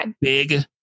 big